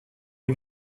les